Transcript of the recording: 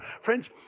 Friends